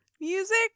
music